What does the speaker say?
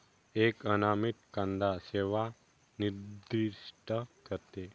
एक अनामित कांदा सेवा निर्दिष्ट करते